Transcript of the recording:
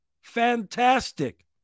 fantastic